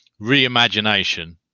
reimagination